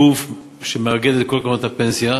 גוף שמאגד את כל קרנות הפנסיה,